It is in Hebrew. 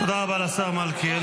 תודה רבה לשר מלכיאלי.